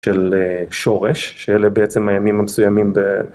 של שורש, שאלה בעצם הימים המסוימים ב...